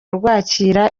rwakira